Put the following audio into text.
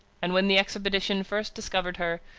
and when the expedition first discovered her,